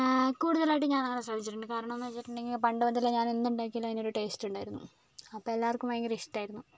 കൂടുതലായിട്ട് ഞാനങ്ങനെ ശ്രമിച്ചിട്ടുണ്ട് കാരണം എന്ന് വെച്ചിട്ടുണ്ടെങ്കിൽ പണ്ട് മുതലേ ഞാനെന്ത് ഉണ്ടാക്കിയാലും അതിന് ഒരു ടേസ്റ്റ് ഉണ്ടായിരുന്നു അപ്പം എല്ലാവർക്കും ഭയങ്കര ഇഷ്ടമായിരുന്നു